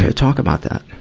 talk about that.